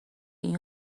این